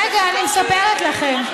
רגע, אני מספרת לכם.